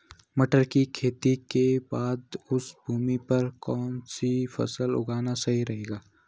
टमाटर की खेती के बाद उस भूमि पर कौन सी फसल उगाना सही रहेगा?